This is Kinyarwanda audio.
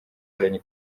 akoranye